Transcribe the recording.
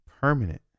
permanent